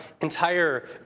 entire